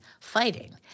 fighting